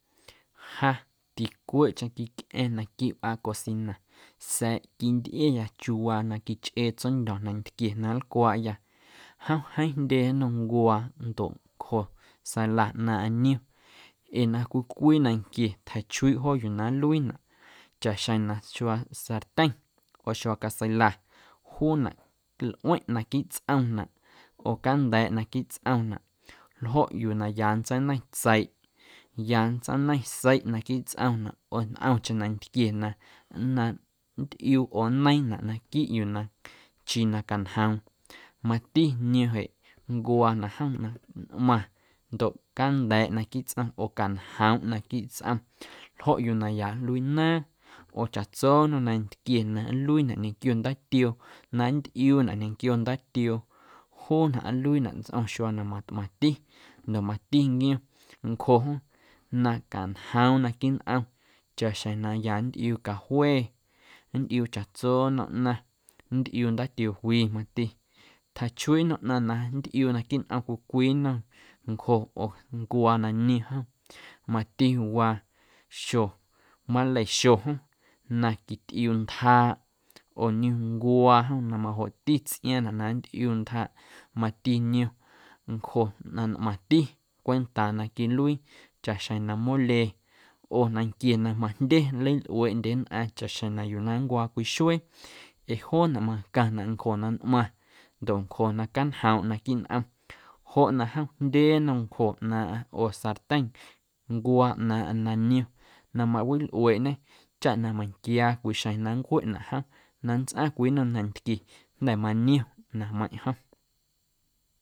Ja ticweeꞌcheⁿ quicꞌa̱ⁿ naquiiꞌ wꞌaa cocina sa̱a̱ quintꞌiaya chiuuwaa na quichꞌee tsondyo̱ nantquie na nlcwaaꞌyâ jom jeeⁿ jndye nnom ncuaa ndoꞌ ncjo sala ꞌnaaⁿꞌaⁿ niom ee na cwii cwii nanquie tjachuiiꞌ joo yuu na nluiinaꞌ chaꞌxjeⁿ na xuaa sartyeⁿ oo xuaa caseila juunaꞌ nꞌueⁿꞌ naquiiꞌ tsꞌomnaꞌ oo canda̱a̱ꞌ naquiiꞌ tsꞌomnaꞌ ljoꞌ yuu na ya nntseineiⁿ tseiꞌ, ya nntseineiⁿ seiꞌ naquiiꞌ tsꞌomnaꞌ oo ntꞌomcheⁿ nantquie na na nntꞌiuu oo nneiiⁿnaꞌ naquiiꞌ yuu na nchii na cañjoom, mati niom jeꞌ ncuaa na jom na ntꞌmaⁿ ndoꞌ canda̱a̱ꞌ naquiiꞌ tsꞌom ndoꞌ cañjoomꞌ naquiiꞌ tsꞌom ljoꞌ yuu na ya nluii naaⁿ oo chaꞌtso nnom nantquie na nluiinaꞌ ñequio ndaatioo na nntꞌiuunaꞌ ñequio ndaatioo juunaꞌ nluiinaꞌ tsꞌom xuaa na matꞌmaⁿti ndoꞌ mati niom ncjo jom na cañjoom naquiiꞌ nꞌom chaꞌxjeⁿ na ya nntꞌiuu cajue nntꞌiuu chaꞌtso nnom ꞌnaⁿ nntꞌiuu ndaatioo wi mati tjachuiiꞌ nnom ꞌnaⁿ na nntꞌiuu naquiiꞌ nꞌom cwii cwii nnom ncjo oo ncuaa na niom jom mati waa xo maleixo jom na quitꞌiuu ntjaaꞌ oo niom ncuaa jom na majoꞌtiꞌ tsꞌiaaⁿnaꞌ na nntꞌiuu ntjaaꞌ mati niom ncjo na ntꞌmaⁿti cwentaaꞌ na quiluii chaꞌxjeⁿ na mole oo nanquie na majndye nleilꞌueeꞌndye nnꞌaⁿ chaꞌxjeⁿ yuu na nncwaa cwii xuee ee joonaꞌ macaⁿnaꞌ ncjo na ntꞌmaⁿ ndoꞌ ncjo na cañjoomꞌ naquiiꞌ nꞌom joꞌ na jom jndye nnom ncjo ꞌnaaⁿꞌaⁿ oo sartyeⁿ, ncuaa ꞌnaaⁿꞌaⁿ na niom na mawilꞌueeꞌñe chaꞌ na meiⁿquiaa cwii xjeⁿ na nncweꞌnaꞌ jom na nntsꞌaⁿ cwii nnom nantquie jnda̱ maniom ꞌnaⁿꞌmeiⁿꞌ jom.